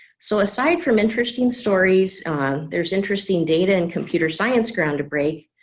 so aside from interesting stories there's interesting data and computer science ground to break